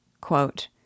Quote